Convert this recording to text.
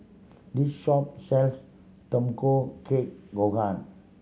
this shop sells Tamago Kake Gohan